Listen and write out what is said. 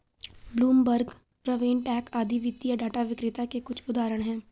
Bloomberg, RavenPack आदि वित्तीय data विक्रेता के कुछ उदाहरण हैं